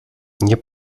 nie